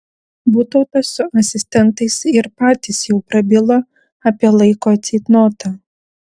butautas su asistentais ir patys jau prabilo apie laiko ceitnotą